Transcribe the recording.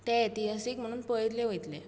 ते इतिहासीक म्हणून पळयल्लें वतलें